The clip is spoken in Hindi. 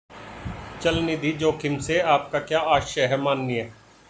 चल निधि जोखिम से आपका क्या आशय है, माननीय?